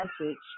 message